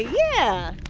yeah,